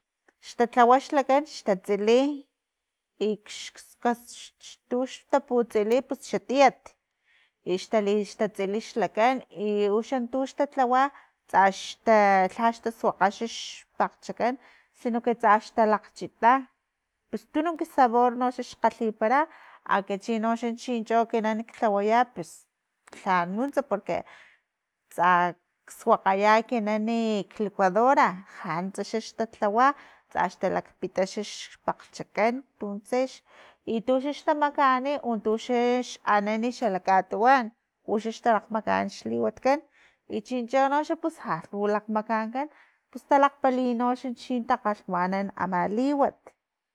Xta lhawa xlakan xtatsili, ix kas tux taputsili pus xa tiat y xtali ta tsili xlakan i uxa tux talhawa tsa lhax tasuakga xpakgchakan sino que tsax talakgchita pus tunuk sabor no xkgalhipara akachino xachincho ekinan lhawaya pus lhanunst porque tsa suakgaya equinani klicuadora lhanunts sla xtalhawa tsax talakpita xpakglchakan tunse i tunse xtamakaani untu xa anan xala katuwan uxax talakgmakaan xliwatkan i chincho no pus lhalh u lakgmakaankan pus talakgpalini no chin takgalhwanan ama liwat.